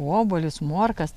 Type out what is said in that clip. obuolius morkas